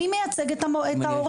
מי מייצג את ההורים?